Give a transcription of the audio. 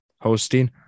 hosting